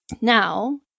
Now